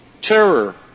terror